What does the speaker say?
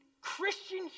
Christian